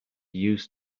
used